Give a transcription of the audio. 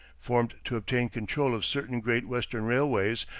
formed to obtain control of certain great western railways,